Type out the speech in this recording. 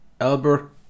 Albert